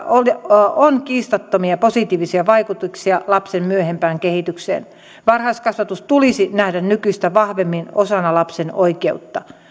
on kiistattomia positiivisia vaikutuksia lapsen myöhempään kehitykseen varhaiskasvatus tulisi nähdä nykyistä vahvemmin osana lapsen oikeutta